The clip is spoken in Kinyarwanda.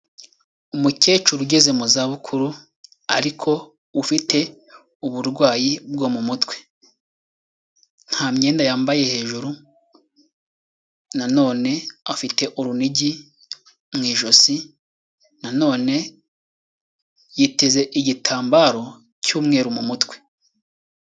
Umukecuru ugeze mu zabukuru ariko ufite uburwayi bwo mu mutwe. Nta myenda yambaye hejuru ,na none afite urunigi mu ijosi, na none yiteze igitambaro cy'umweru mu mutwe.